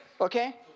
Okay